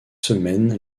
semaine